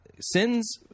sins